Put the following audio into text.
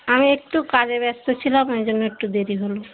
আমি একটু কাজে ব্যস্ত ছিলাম ওই জন্য একটু দেরি হলো